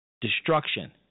destruction